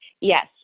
Yes